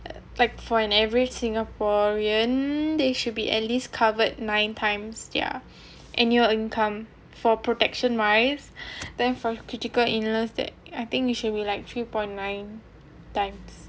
like for an average singaporean they should be at least covered nine times their annual income for protection wives then from critical illness that I think you should be like few point nine times